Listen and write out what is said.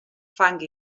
fang